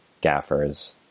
gaffers